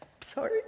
Sorry